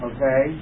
Okay